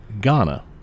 Ghana